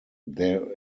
there